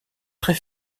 très